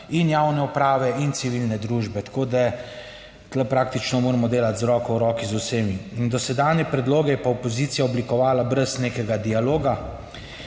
in javne uprave in civilne družbe. Tako, da tu praktično moramo delati z roko v roki z vsemi. In dosedanje predloge je pa opozicija oblikovala brez nekega dialoga,